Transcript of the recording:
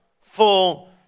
full